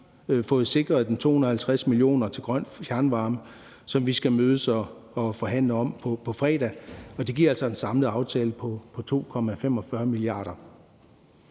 fået sikret de 250 mio. kr. til grøn fjernvarme, som vi skal mødes og forhandle om på fredag. Det giver altså en samlet aftale på 2,45 mia.